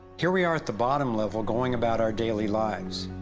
here we are the bottom level, going about our daily lives!